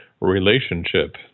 relationship